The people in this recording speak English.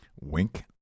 Wink